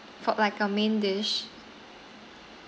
for like a main dish